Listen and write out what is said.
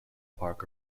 park